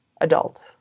adult